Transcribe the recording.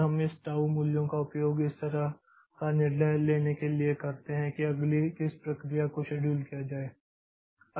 और हम इस टाऊ मूल्यों का उपयोग इस तरह का निर्णय लेने के लिए करते हैं कि अगली किस प्रक्रिया को शेड्यूल किया जाए